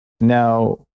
Now